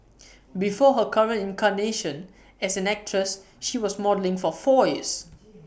before her current incarnation as an actress she was modelling for four years